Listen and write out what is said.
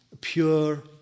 pure